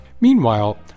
Meanwhile